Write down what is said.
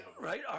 right